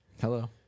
hello